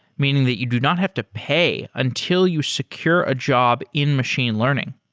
meaning that you do not have to pay until you secure a job in machine learning.